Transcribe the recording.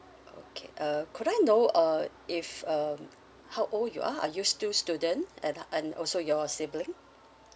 okay uh could I know uh if um how old you are are you still student and and also your sibling